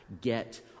Get